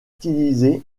utilisée